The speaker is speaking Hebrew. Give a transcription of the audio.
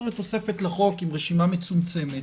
יש תוספת לחוק עם רשימה מצומצמת,